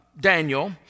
Daniel